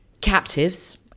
Captives